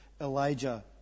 Elijah